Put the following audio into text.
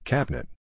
Cabinet